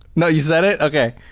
no. you said it? okay.